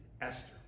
Esther